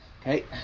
okay